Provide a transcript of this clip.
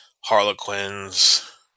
Harlequins